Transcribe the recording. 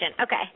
Okay